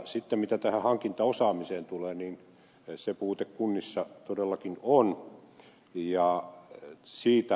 mitä hankintaosaamiseen tulee niin se puute kunnissa todellakin on